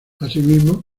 asimismo